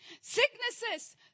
Sicknesses